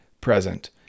present